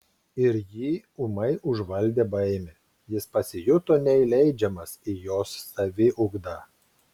ir jį ūmai užvaldė baimė jis pasijuto neįleidžiamas į jos saviugdą